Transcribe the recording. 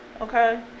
Okay